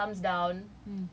thumbs up thumbs down